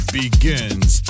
begins